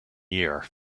year